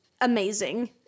amazing